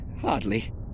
hardly